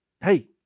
Hey